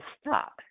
stop